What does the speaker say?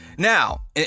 Now